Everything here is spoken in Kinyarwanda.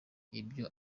ibyo